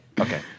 Okay